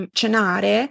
cenare